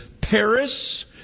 Paris